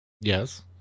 Yes